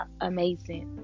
amazing